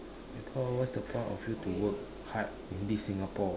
what is the point of you to work hard in this Singapore